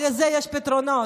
לזה יש פתרונות.